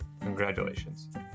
Congratulations